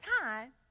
time